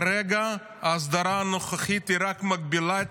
כרגע ההסדרה הנוכחית רק מגבילה את